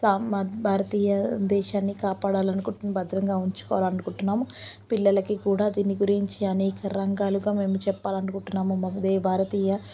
సామ భారతీయ దేశాన్ని కాపాడాలనుకుంటున్న భద్రంగా ఉంచుకోవాలని అనుకుంటున్నాము పిల్లలకి కూడా దీని గురించి అనేక రంగాలుగా మేము చెప్పాలనుకుంటున్నాము మా ఉదయ భారతీయ